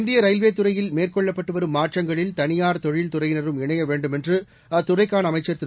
இந்திய ரயில்வே துறையில் மேற்கொள்ளப்பட்டு வரும் மாற்றங்களில் தனியார் தொழில் துறையினரும் இணைய வேண்டும் என்று அத்துறைக்கான அமைச்சர் திரு